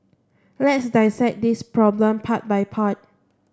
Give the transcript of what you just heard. let's dissect this problem part by part